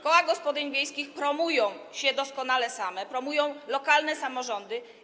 Koła gospodyń wiejskich promują się doskonale same, promują lokalne samorządy.